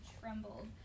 trembled